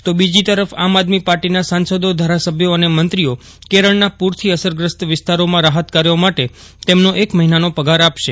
તો બીજી તરફ આમ આદમી પાર્ટીના સાંસદો ધારાસભ્યો અને યંત્રીઓ કેરળના પૂરથી અસરગ્રસ્ત વિસ્તારોમાં રાહત કાર્યો ચાટે તેથનો એક થહિનાનો પગાર આપશે